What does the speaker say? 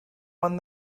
one